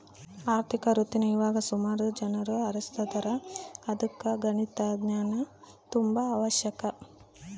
ಆರ್ಥಿಕ ವೃತ್ತೀನಾ ಇವಾಗ ಸುಮಾರು ಜನ ಆರಿಸ್ತದಾರ ಇದುಕ್ಕ ಗಣಿತದ ಜ್ಞಾನ ತುಂಬಾ ಅವಶ್ಯಕ